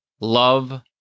love